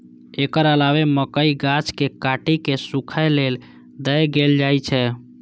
एकर अलावे मकइक गाछ कें काटि कें सूखय लेल दए देल जाइ छै